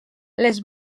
les